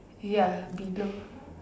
ya below